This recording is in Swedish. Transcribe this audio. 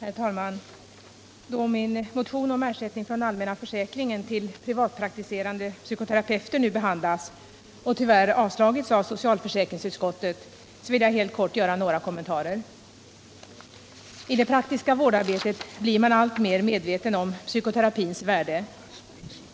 Herr talman! Då min motion om ersättning från allmänna försäkringen till privatpraktiserande psykoterapeuter nu behandlas och tyvärr avstyrkts av socialförsäkringsutskottet, vill jag helt kort göra några kommentarer. I det praktiska vårdarbetet blir man alltmer medveten om psykoterapins värde.